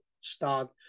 start